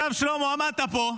שלמה, עמדת פה,